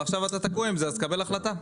ועכשיו אתה תקוע עם זה אז תקבל החלטה.